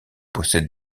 possède